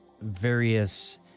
various